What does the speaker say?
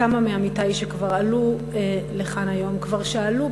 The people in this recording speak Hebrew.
כמה מעמיתי שעלו לכאן היום כבר שאלו,